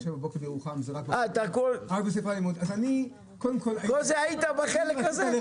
אז אנחנו בעניין הזה,